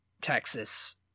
Texas